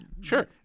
Sure